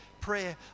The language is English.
prayer